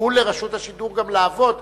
תנו לרשות השידור גם לעבוד.